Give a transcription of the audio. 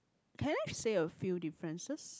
can I say a few differences